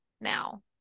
now